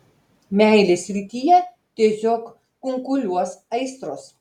meilės srityje tiesiog kunkuliuos aistros